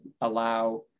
allow